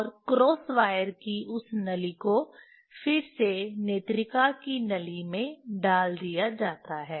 और cross wire की उस नली को फिर से नेत्रिका की नली में डाल दिया जाता है